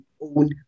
own